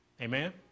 Amen